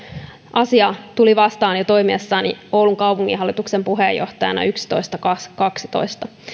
asia tuli vastaan jo toimiessani oulun kaupunginhallituksen puheenjohtajana vuosina yksitoista viiva kaksitoista